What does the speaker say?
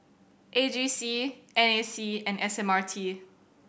A G C N A C and S M R T